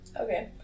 Okay